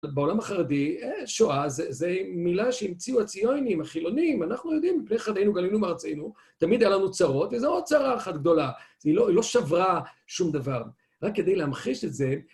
בעולם החרדי, שואה זה מילה שהמציאו הציוניים, החילונים, אנחנו יודעים, מפני חטאינו גלינו מארצנו, תמיד היה לנו צרות, וזו עוד צרה אחת גדולה. היא לא שברה שום דבר. רק כדי להמחיש את זה,